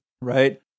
Right